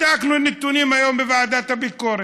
בדקנו נתונים היום בוועדת הביקורת.